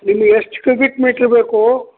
ನಿಮ್ಗೆ ಎಷ್ಟು cubic metre ಬೇಕು